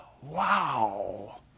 Wow